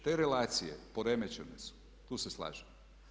Te relacije poremećene su, tu se slažem.